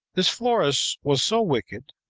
this florus was so wicked,